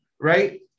right